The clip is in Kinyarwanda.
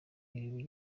ibi